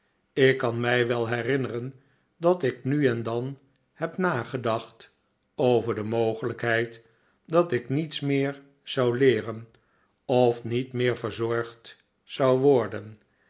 ik kan mij wel herinneren dat ik nu en dan heb nagedacht over de mogelijkheid dat ik niets meer zou leeren of niet meer verzorgd zou worden